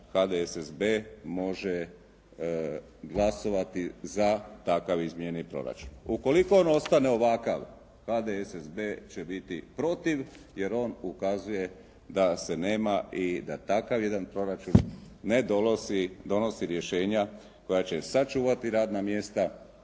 HDSSB može glasovati za takav izmijenjen proračun. Ukoliko on ostane ovakav HDSSB će biti protiv, jer on ukazuje da se nema i da takav jedan proračun ne donosi rješenja koja će sačuvati radna mjesta